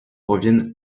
reviennent